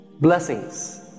blessings